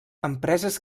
empreses